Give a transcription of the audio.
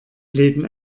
läden